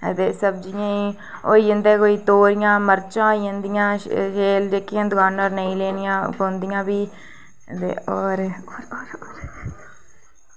ते सब्जियें गी होई जंदे कोई तोरियां मरचां जेह्कियां दकानां नेईं लैनिया पौंदियां भी ते होर